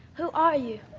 who are you?